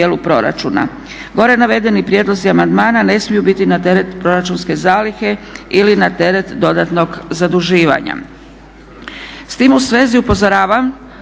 S tim u svezi upozoravam